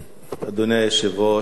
אדוני היושב-ראש,